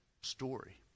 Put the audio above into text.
story